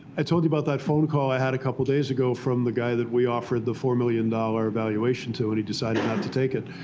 i told you about that phone call i had a couple days ago from the guy that we offered the four million dollars valuation to, and he decided not to take it.